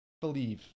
believe